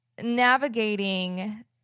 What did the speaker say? navigating